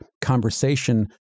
conversation